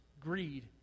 Greed